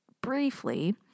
briefly